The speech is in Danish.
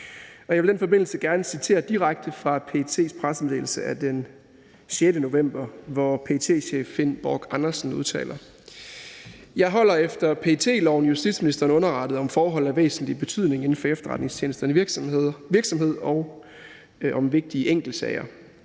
jeg vil i den forbindelse gerne citere direkte fra PET's pressemeddelelse af 6. november 2023, hvor PET-chef Finn Borch Andersen udtaler: »Jeg holder efter PET-loven justitsministeren underrettet om forhold af væsentlig betydning inden for efterretningstjenestens virksomhed, og om vigtige enkeltsager.